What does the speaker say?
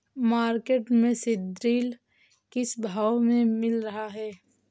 Market में सीद्रिल किस भाव में मिल रहा है?